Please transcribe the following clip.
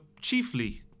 chiefly